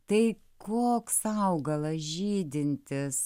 tai koks augalas žydintis